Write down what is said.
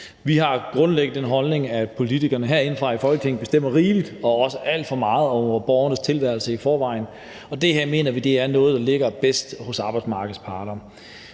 Vi har grundlæggende den holdning, at politikerne herindefra i Folketinget bestemmer rigeligt og også alt for meget over borgernes tilværelse i forvejen, og det her mener vi er noget, der ligger bedst hos arbejdsmarkedets parter.